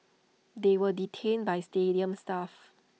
they were detained by stadium staff